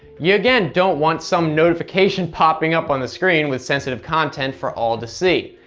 you again don't want some notification popping up on the screen with sensitive content for all to see.